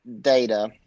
data